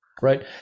right